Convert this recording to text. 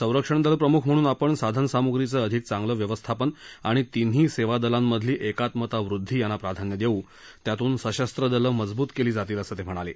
संरक्षण दल प्रमुख म्हणून आपण साधनसामुग्रीचं अधिक चांगलं व्यवस्थापन आणि तिन्ही सेवादलांमधली एकात्मता वृद्वी यांना प्राधान्य देऊ त्यातून सशस्र दलं मजबूत केली जातील असं ते म्हणाले